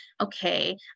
okay